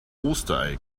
osterei